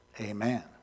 amen